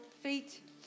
feet